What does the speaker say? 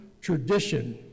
tradition